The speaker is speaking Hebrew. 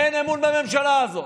אין אמון בממשלה הזאת,